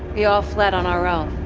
we all fled on our own.